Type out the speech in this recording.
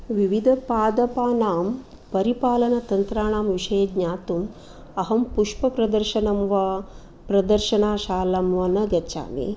विविधपादपानां परिपालनतन्त्राणां विषये ज्ञातुं अहं पुष्पप्रदर्शनं वा प्रदर्शनशालां वा न गच्छामि